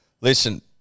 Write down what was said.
Listen